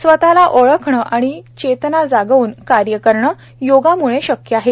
स्वतला ओळखणे व चेतना जागवून कार्य करणे योगामुळे शक्य आहे